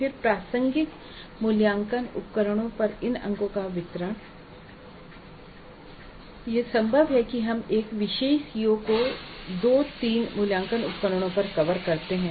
फिर प्रासंगिक मूल्यांकन उपकरणों पर इन अंकों का वितरण यह संभव है कि हम एक विशेष सीओ को 2 3 मूल्यांकन उपकरणों पर कवर करते हैं